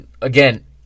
again